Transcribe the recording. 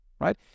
Right